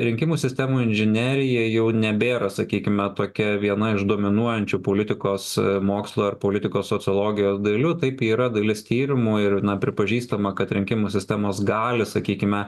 rinkimų sistemų inžinerija jau nebėra sakykime tokia viena iš dominuojančių politikos mokslo ir politikos sociologijos dalių taip yra dalis tyrimų ir na pripažįstama kad rinkimų sistemos gali sakykime